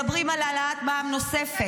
מדברים על העלאת מע"מ נוספת.